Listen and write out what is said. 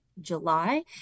July